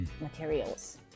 materials